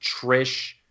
Trish